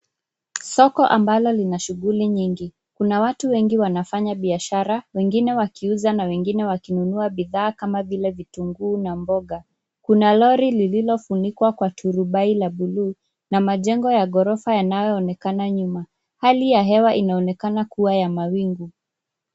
Soko ambalo lina shughuli nyingi. Kuna watu wengi wanafanya biashara, wengine wakiuza na wengine wakinunua bidhaa kama vile vitunguu na mboga. Kuna Lori lililofunikwa na turubai la bluu. Na majengo ya ghorofa yanayoonekana nyuma. Hali ya hewa inaonekana kuwa ya mawingu.